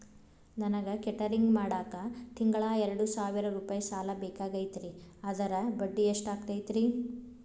ನನಗ ಕೇಟರಿಂಗ್ ಮಾಡಾಕ್ ತಿಂಗಳಾ ಎರಡು ಸಾವಿರ ರೂಪಾಯಿ ಸಾಲ ಬೇಕಾಗೈತರಿ ಅದರ ಬಡ್ಡಿ ಎಷ್ಟ ಆಗತೈತ್ರಿ?